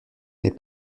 n’est